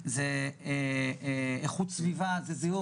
פגיעה באיכות הסביבה וכו'.